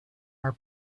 our